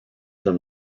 them